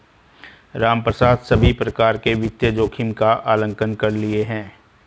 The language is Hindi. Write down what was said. रामप्रसाद सभी प्रकार के वित्तीय जोखिम का आंकलन कर लिए है